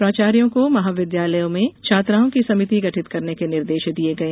प्राचार्य को महाविद्यालय में छात्राओं की समिति गठित करने के निर्देश दिए गये